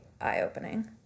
eye-opening